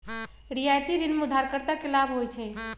रियायती ऋण में उधारकर्ता के लाभ होइ छइ